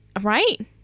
right